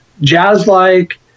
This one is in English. jazz-like